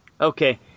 okay